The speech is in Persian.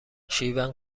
شیون